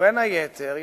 בין היתר,